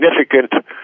significant